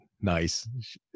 nice